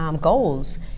goals